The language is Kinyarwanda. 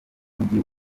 mujyi